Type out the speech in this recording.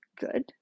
good